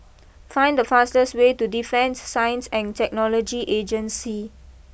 find the fastest way to Defence Science and Technology Agency